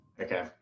Okay